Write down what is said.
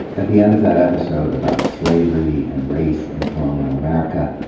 at the end of that episode about slavery and race in colonial america,